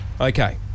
Okay